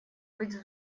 быть